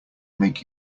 make